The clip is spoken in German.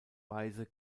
weise